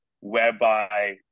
whereby